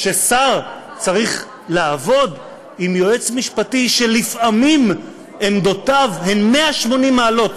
ששר צריך לעבוד עם יועץ משפטי שלפעמים עמדותיו הן 180 מעלות